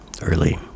early